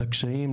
לקשיים,